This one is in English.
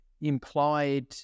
implied